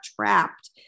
trapped